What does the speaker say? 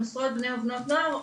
עם עשרות בני ובנות נוער,